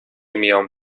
میام